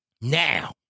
Now